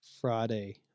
Friday